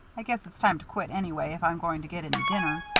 i guess it's time to quit, anyway, if i'm going to get any dinner.